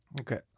Okay